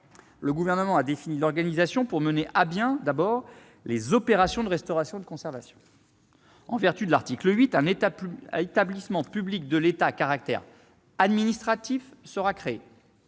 de loi. Il a défini l'organisation pour mener à bien les opérations de restauration et de conservation. En vertu de l'article 8, un établissement public de l'État à caractère administratif sera créé.